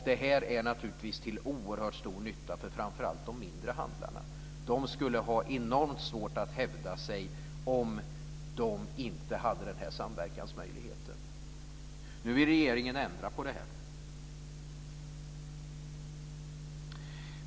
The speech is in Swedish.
Detta är naturligtvis till oerhört stor nytta för framför allt de mindre handlarna. De skulle ha enormt svårt att hävda sig om de inte hade denna samverkansmöjlighet. Nu vill regeringen ändra på detta.